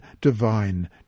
divine